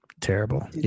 Terrible